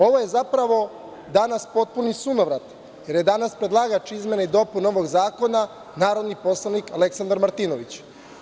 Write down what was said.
Ovo je, zapravo, danas potpuni sunovrat, jer je danas predlagač izmena i dopuna ovog zakona narodni poslanik Aleksandar Martinović.